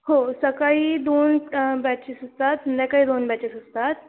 हो सकाळी दोन बॅचेस असतात संध्याकाळी दोन बॅचेस असतात